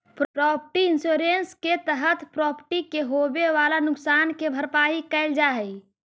property insurance के तहत property के होवेऽ वाला नुकसान के भरपाई कैल जा हई